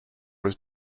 was